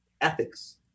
ethics